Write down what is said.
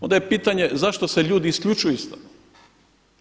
Onda je pitanje zašto se ljudi isključuju iz